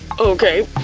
okay,